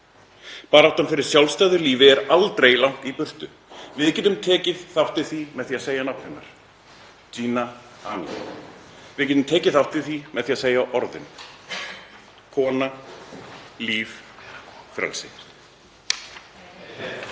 Baráttan fyrir sjálfstæðu lífi er aldrei langt í burtu. Við getum tekið þátt í því með því að segja nafn hennar: Jina Amini. Við getum tekið þátt í því með því að segja orðin: Kona, líf, frelsi.